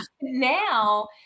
Now